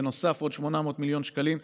בנוסף עוד 800 מיליון שקלים,